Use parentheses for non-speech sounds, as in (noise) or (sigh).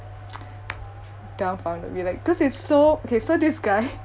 (noise) dumfounded me like cause it's so okay so this guy